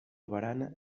barana